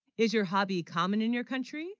is your hobby common in your country